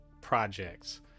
projects